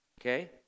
Okay